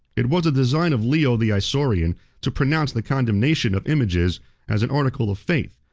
it was the design of leo the isaurian to pronounce the condemnation of images as an article of faith,